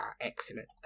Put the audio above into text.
Excellent